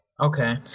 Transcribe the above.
okay